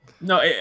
No